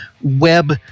web